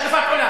זאת השקפת עולם.